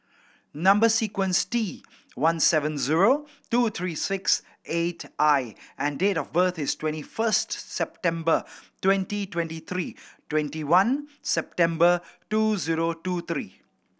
number sequence T one seven zero two three six eight I and date of birth is twenty first September twenty twenty three twenty one September two zero two three